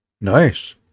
nice